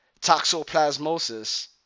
toxoplasmosis